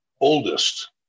oldest